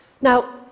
Now